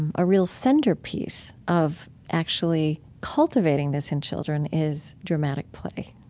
a real centerpiece of actually cultivating this in children is dramatic play.